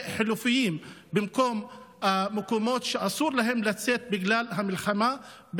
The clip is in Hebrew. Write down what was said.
חלופיים במקום המקומות שאסור לצאת אליהם בגלל המלחמה,